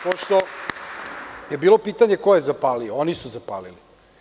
Pošto je bilo pitanje – ko je zapalio, oni su zapalili.